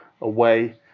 away